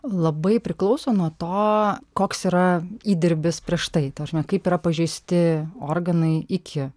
labai priklauso nuo to koks yra įdirbis prieš tai ta prasme kaip yra pažeisti organai iki